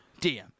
DM